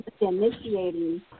initiating